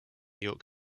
york